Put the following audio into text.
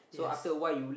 yes